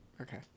Okay